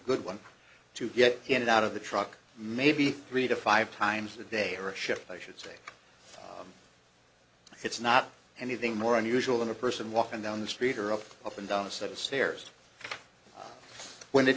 good one to get in and out of the truck maybe three to five times a day or a ship i should say it's not anything more unusual than a person walking down the street or up up and down a set of stairs when it